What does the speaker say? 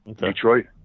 Detroit